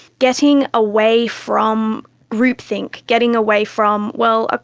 getting away from groupthink, getting away from, well, ah